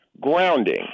grounding